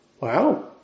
Wow